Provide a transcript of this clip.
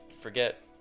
forget